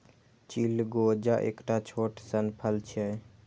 चिलगोजा एकटा छोट सन फल छियै